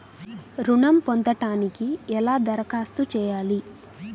ఋణం పొందటానికి ఎలా దరఖాస్తు చేయాలి?